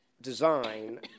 design